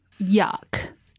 Yuck